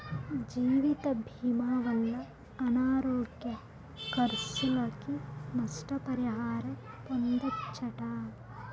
జీవితభీమా వల్ల అనారోగ్య కర్సులకి, నష్ట పరిహారం పొందచ్చట